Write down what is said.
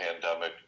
pandemic